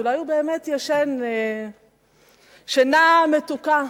אולי הוא באמת ישן שינה מתוקה.